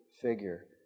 figure